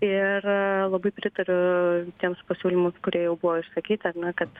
ir labai pritariu tiems pasiūlymams kurie jau buvo išsakyti ar ne kad